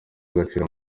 agaciro